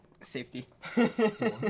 safety